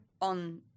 on